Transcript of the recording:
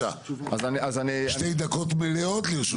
שתי דקות מלאות לרשותך.